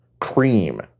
cream